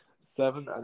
seven